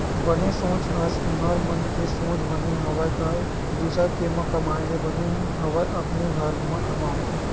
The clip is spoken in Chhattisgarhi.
बने सोच हवस तुँहर मन के सोच बने हवय गा दुसर के म कमाए ले बने हवय अपने घर म कमाओ